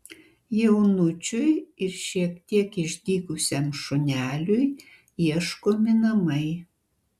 jaunučiui ir šiek tiek išdykusiam šuneliui ieškomi namai